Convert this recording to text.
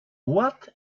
what